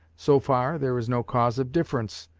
so far, there is no cause of difference.